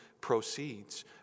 proceeds